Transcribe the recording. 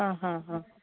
आं हां हां आं